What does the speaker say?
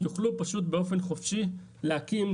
יוכלו פשוט באופן חופשי להקים,